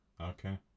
Okay